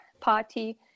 party